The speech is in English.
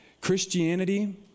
Christianity